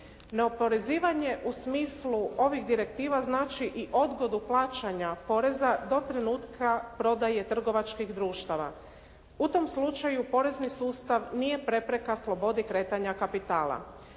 Neoporezivanje u smislu ovih direktiva znači i odgodu plaćanja poreza do trenutka prodaje trgovačkih društava. U tom slučaju porezni sustav nije prepreka slobodi kretanja kapitala.